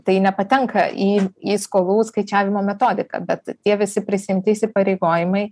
tai nepatenka į į skolų skaičiavimo metodiką bet tie visi prisiimti įsipareigojimai